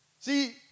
See